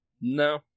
No